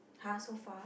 !huh! so far